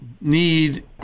need